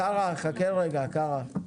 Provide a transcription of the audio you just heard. קארה, חכה רגע קארה.